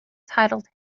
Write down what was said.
titled